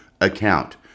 account